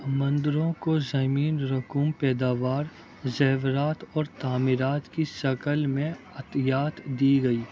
مندروں کو زمین رقوم پیداوار زیورات اور تعمیرات کی شکل میں عطیات دی گئی